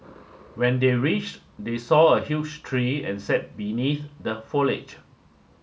when they reached they saw a huge tree and sat beneath the foliage